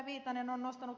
viitanen ja ed